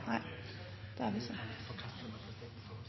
nei, men da